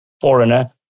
foreigner